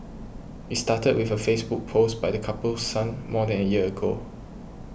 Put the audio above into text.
it started with a Facebook post by the couple's son more than a year ago